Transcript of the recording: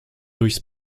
durchs